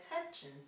attention